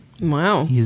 Wow